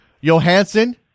Johansson